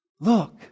look